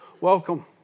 welcome